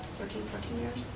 thirteen, fourteen years.